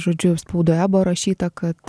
žodžiu spaudoje buvo rašyta kad